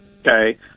okay